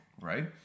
Right